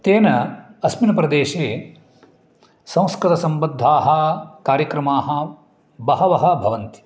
तेन अस्मिन् प्रदेशे संस्कृतसम्बद्धाः कार्यक्रमाः बहवः भवन्ति